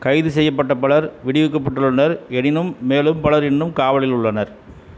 கைது செய்யப்பட்ட பலர் விடுவிக்கப்பட்டுள்ளனர் எனினும் மேலும் பலர் இன்னும் காவலில் உள்ளனர்